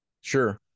Sure